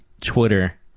Twitter